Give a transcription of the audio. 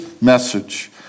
message